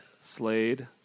Slade